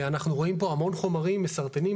ואנחנו רואים פה המון מחומרים מסרטנים,